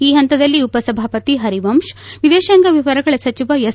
ಈ ಪಂತದಲ್ಲಿ ಉಪಸಭಾಪತಿ ಪರಿವಂಶ್ ವಿದೇಶಾಂಗ ವ್ಯವಹಾರಗಳ ಸಚಿವ ಎಸ್